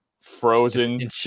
frozen